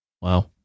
Wow